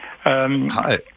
Hi